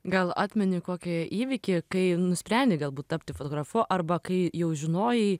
gal atmeni kokį įvykį kai nusprendei galbūt tapti fotografu arba kai jau žinojai